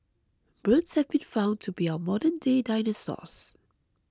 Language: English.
birds have been found to be our modernday dinosaurs